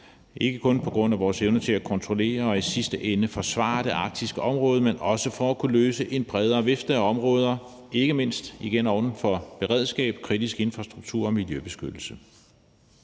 ikke kun på grund af vores evne til at kontrollere og i sidste ende forsvare det arktiske område, men også for at kunne løse opgaver i forhold til en bredere vifte af områder ikke mindst igen inden for beredskab, kritisk infrastruktur og miljøbeskyttelse.